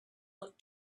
looked